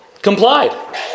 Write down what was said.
Complied